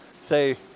say